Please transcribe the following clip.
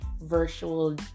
virtual